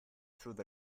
through